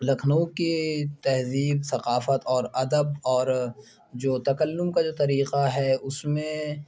لکھنؤ کی تہذیب ثقافت اور ادب اور جو تکلّم کا جو طریقہ ہے اُس میں